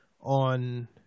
on